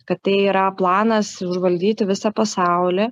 kad tai yra planas užvaldyti visą pasaulį